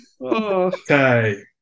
Okay